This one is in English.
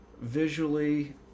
Visually